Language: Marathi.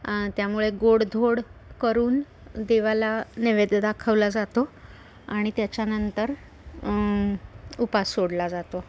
त्यामुळे गोडधोड करून देवाला नैवेद्य दाखवला जातो आणि त्याच्यानंतर उपास सोडला जातो